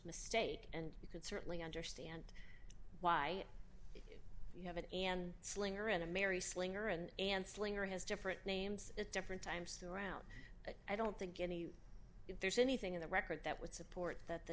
mistake and you can certainly understand why you have it and slinger in a merry slinger and anslinger has different names at different times still around but i don't think any if there's anything in the record that would support that the